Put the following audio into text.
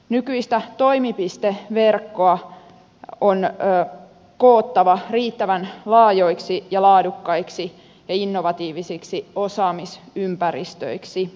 nykyistä toimipisteverkkoa on koottava riittävän laajoiksi ja laadukkaiksi ja innovatiivisiksi osaamisympäristöiksi